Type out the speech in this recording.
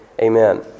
amen